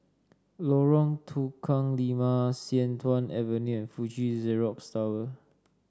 Lorong Tukang Lima Sian Tuan Avenue and Fuji Xerox Tower